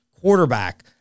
Quarterback